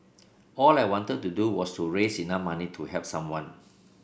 all I wanted to do was to raise enough money to help someone